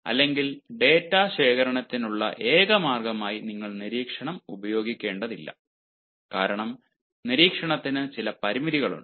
അല്ലെങ്കിൽ ഡാറ്റാ ശേഖരണത്തിനുള്ള ഏക മാർഗ്ഗമായി നിങ്ങൾ നിരീക്ഷണം ഉപയോഗിക്കേണ്ടതില്ല കാരണം നിരീക്ഷണത്തിന് ചില പരിമിതികൾ ഉണ്ട്